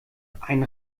ein